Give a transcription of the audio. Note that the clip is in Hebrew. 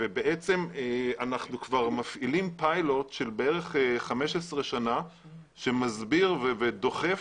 ובעצם אנחנו כבר מפעילים פיילוט של כ-15 שנים שמסביר ודוחף